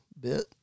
bit